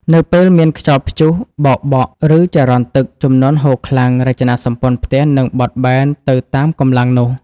នៅពេលមានខ្យល់ព្យុះបោកបក់ ឬចរន្តទឹកជំនន់ហូរខ្លាំង រចនាសម្ព័ន្ធផ្ទះនឹងបត់បែនទៅតាមកម្លាំងនោះ។